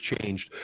changed